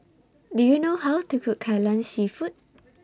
Do YOU know How to Cook Kai Lan Seafood